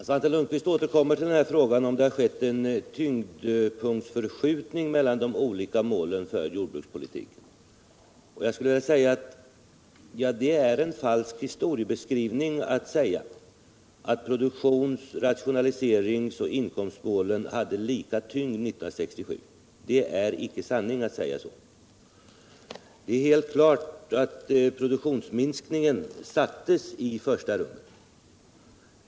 Nr 54 Herr talman! Svante Lundkvist återkommer till frågan om det har skett en tyngdpunktsförskjutning mellan de olika målen för jordbrukspolitiken. Jag skulle vilja säga: Det är en falsk historieskrivning att påstå att produktions-, rationaliseringsoch inkomstmålen hade lika tyngd 1967. Det — Jordbrukspolitiär icke sanning att säga så. Det är alldeles klart att produktionsminsk = ken, m.m. ningen sattes i första rummet.